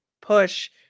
push